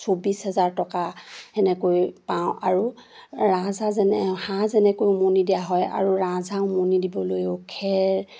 চৌব্বিছ হাজাৰ টকা সেনেকৈ পাওঁ আৰু ৰাজহাঁহ যেনে হাঁহ যেনেকৈ উমনি দিয়া হয় আৰু ৰাজহাঁহ উমনি দিবলৈও খেৰ